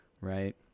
right